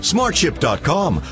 SmartShip.com